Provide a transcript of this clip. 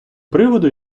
приводу